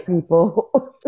people